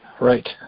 right